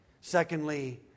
secondly